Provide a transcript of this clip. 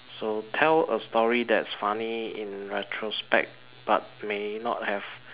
so tell a story that's funny in retrospect but may not have